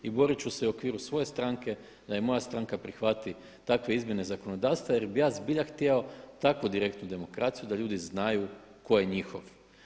I borit ću se u okviru svoje stranke da i moja stranka prihvati takve izmjene zakonodavstva jer bih ja zbilja htio takvu direktnu demokraciju da ljudi znaju tko je njihov.